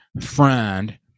friend